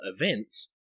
events